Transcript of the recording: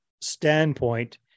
standpoint